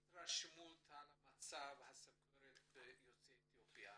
בהתרשמות על מצב הסוכרת בין יוצאי אתיופיה,